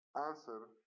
answer